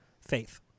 faith